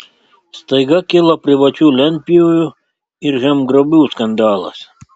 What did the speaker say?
staiga kilo privačių lentpjūvių ir žemgrobių skandalas